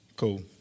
Cool